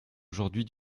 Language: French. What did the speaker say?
aujourd’hui